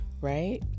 right